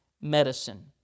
Medicine